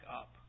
up